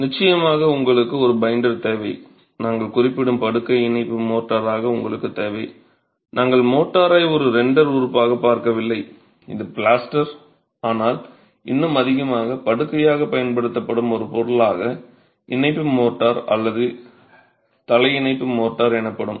நிச்சயமாக உங்களுக்கு ஒரு பைண்டர் தேவை நாங்கள் குறிப்பிடும் படுக்கை இணைப்பு மோர்டராக உங்களுக்கு தேவை நாங்கள் மோர்டரை ஒரு ரெண்டர் உறுப்பாகப் பார்க்கவில்லை இது பிளாஸ்டர் ஆனால் இன்னும் அதிகமாக படுக்கையாகப் பயன்படுத்தப்படும் ஒரு பொருளாக இணைப்பு மோர்ட்டார் அல்லது தலை இணைப்பு மோர்ட்டார் எனப்படும்